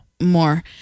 More